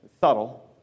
subtle